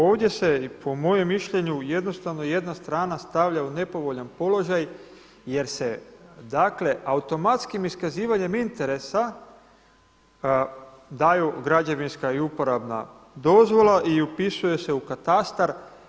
Ovdje se po mojem mišljenju jednostavno jedna strana stavlja u nepovoljan položaj jer se automatskim iskazivanjem interesa daju građevinska i uporabna dozvola i upisuje se u katastar.